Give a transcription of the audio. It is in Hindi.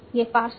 यह पार्स है